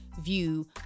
view